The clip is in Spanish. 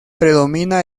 predomina